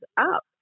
up